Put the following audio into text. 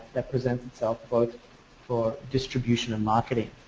represent itself both for distribution and marketing